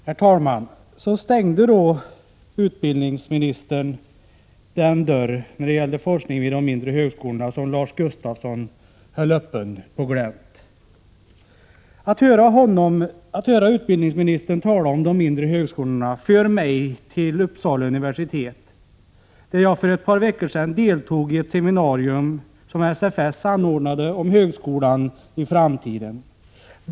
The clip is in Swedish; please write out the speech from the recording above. Herr talman! Så stängde utbildningsministern den dörr när det gällde forskning vid de mindre högskolorna som Lars Gustafsson höll på glänt. Att höra utbildningsministern tala om de mindre högskolorna påminde mig om ett seminarium om högskolan i framtiden som SFS för ett par veckor sedan anordnade vid Uppsala universitet och som jag deltog i.